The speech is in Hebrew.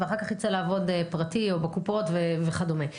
ואחר כך ייצא לעבוד פרטי או בקופות וכדומה.